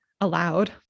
allowed